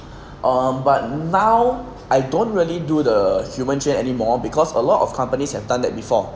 um but now I don't really do the human chain anymore because a lot of companies have done that before